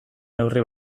neurri